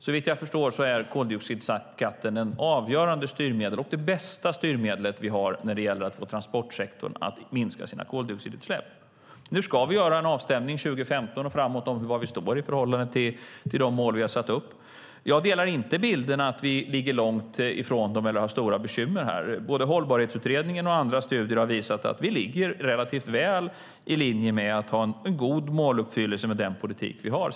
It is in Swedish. Såvitt jag förstår är koldioxidskatten ett avgörande styrmedel och det bästa styrmedel vi har när det gäller att få transportsektorn att minska sina koldioxidutsläpp. Nu ska vi göra en avstämning 2015 och framåt för att se var vi står i förhållande till de mål vi har satt upp. Jag delar inte bilden att vi ligger långt ifrån dem eller har stora bekymmer här. Både hållbarhetsutredningen och andra studier har visat att vi ligger relativt väl i linje med att ha en god måluppfyllelse med den politik vi har.